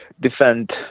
defend